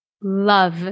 love